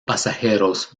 pasajeros